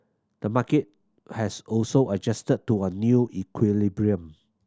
the market has also adjusted to a new equilibrium